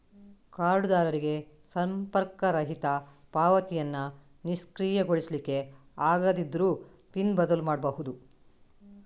ಕಾರ್ಡುದಾರರಿಗೆ ಸಂಪರ್ಕರಹಿತ ಪಾವತಿಯನ್ನ ನಿಷ್ಕ್ರಿಯಗೊಳಿಸ್ಲಿಕ್ಕೆ ಆಗದಿದ್ರೂ ಪಿನ್ ಬದಲು ಮಾಡ್ಬಹುದು